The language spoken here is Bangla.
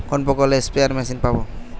কোন প্রকল্পে স্পেয়ার মেশিন পাব?